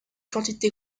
quantité